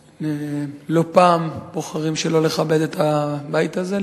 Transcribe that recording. שלא פעם בוחרים שלא לכבד את הבית הזה,